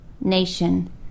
nation